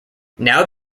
now